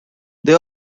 they